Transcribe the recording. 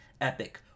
epic